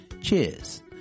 Cheers